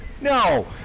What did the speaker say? No